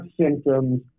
symptoms